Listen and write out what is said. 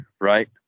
Right